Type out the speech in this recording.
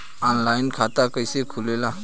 Online खाता कइसे खुलेला?